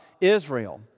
Israel